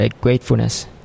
gratefulness